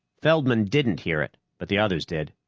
feldman didn't hear it, but the others did.